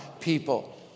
people